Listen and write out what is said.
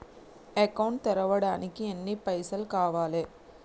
Account తెరవడానికి ఎన్ని పైసల్ కావాలే?